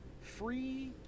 free